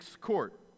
court